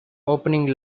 opening